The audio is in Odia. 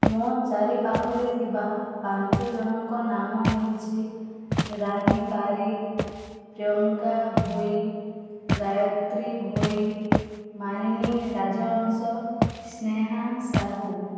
ମୋ ଚାରିପାଖରେ ଥିବା ପାଞ୍ଚଜଣଙ୍କ ନାମ ହେଉଛି ରାନୀ ବାରିକ ପ୍ରିୟଙ୍କା ଭୋଇ ଗାୟତ୍ରୀ ଭୋଇ ମାନିନୀ ରାଜହଂସ ସ୍ନେହା ସାହୁ